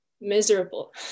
miserable